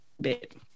bit